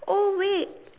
oh wait